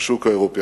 בשוק האירופי.